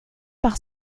par